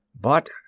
But—